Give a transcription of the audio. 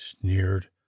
sneered